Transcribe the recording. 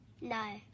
No